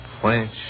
French